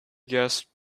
guests